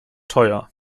teuer